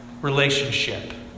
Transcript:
relationship